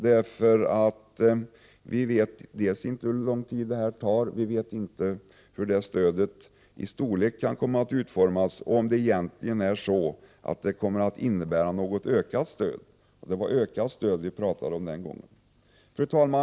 Dels vet vi inte hur lång tid denna utredning tar, dels vet vi inte om det egentligen kommer att innebära ett ökat stöd. Och det var ett ökat stöd vi talade om vid det tillfället. Fru talman!